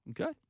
Okay